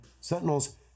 Sentinels